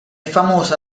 famosa